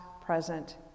present